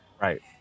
Right